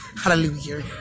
Hallelujah